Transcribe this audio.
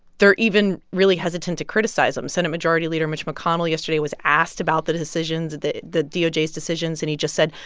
they're even really hesitant to criticize them senate majority leader mitch mcconnell yesterday was asked about the decisions that the doj's decisions and he just said,